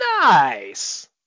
Nice